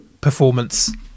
performance